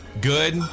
good